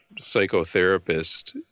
psychotherapist